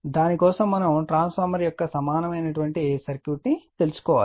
దాని కోసం మనం ట్రాన్స్ఫార్మర్ యొక్క సమానమైన సర్క్యూట్ తెలుసుకోవాలి